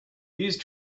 these